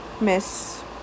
miss